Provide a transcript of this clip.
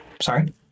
Sorry